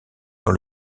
dans